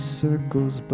circles